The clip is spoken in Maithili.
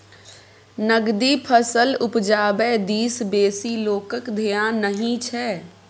नकदी फसल उपजाबै दिस बेसी लोकक धेआन नहि छै